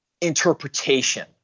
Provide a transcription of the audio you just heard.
interpretation